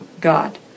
God